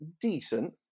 decent